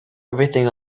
everything